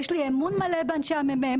יש לי אמון מלא באנשי המ.מ.מ.